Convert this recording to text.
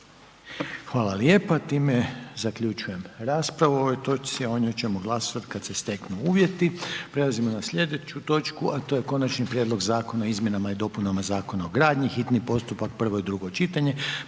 Hvala lijepa, time zaključujem raspravu, o ovoj točci ćemo glasat kad se steknu uvjeti. **Jandroković, Gordan (HDZ)** Konačni prijedlog Zakona izmjenama i dopunama Zakona o gradnji, hitni postupak, prvo i drugo čitanje,